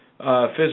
Physical